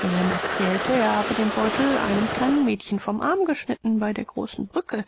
wilhelm erzählte er habe den beutel einem kleinen mädchen vom arm geschnitten bei der großen brücke